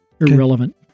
irrelevant